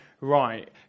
right